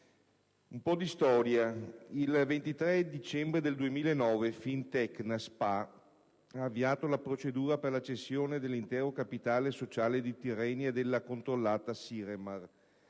un po' di storia. Il 23 dicembre 2009 Fintecna Spa ha avviato la procedura per la cessione dell'intero capitale sociale di Tirrenia e della controllata Siremar,